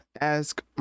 ask